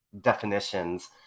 definitions